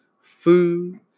food